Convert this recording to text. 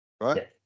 Right